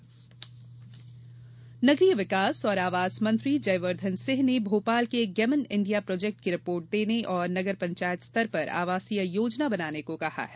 जयवर्धन सिंह नगरीय विकास और आवास मंत्री जयवर्धन सिंह ने भोपाल के गेमन इण्डिया प्रोजेक्ट की रिपोर्ट देने और नगर पंचायत स्तर पर आवासीय योजना बनाने को कहा है